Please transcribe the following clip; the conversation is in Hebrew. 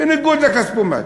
בניגוד לכספומט.